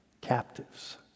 captives